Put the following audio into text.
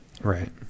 Right